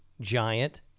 giant